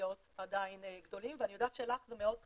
חרדיות עדיין גדולים ואני יודעת שלך זה מאוד חשוב,